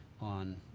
on